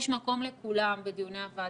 יש מקום לכולם בדיוני הוועדה.